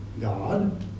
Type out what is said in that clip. God